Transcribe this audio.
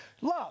love